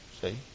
See